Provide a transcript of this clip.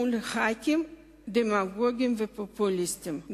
מול "ח"כים דמגוגיים ופופוליסטיים".